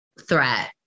threat